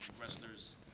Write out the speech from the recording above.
wrestler's